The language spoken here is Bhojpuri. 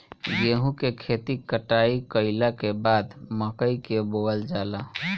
गेहूं के खेती कटाई कइला के बाद मकई के बोअल जाला